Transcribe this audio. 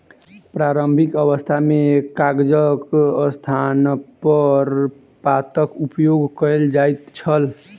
प्रारंभिक अवस्था मे कागजक स्थानपर पातक उपयोग कयल जाइत छल